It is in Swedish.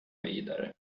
vidare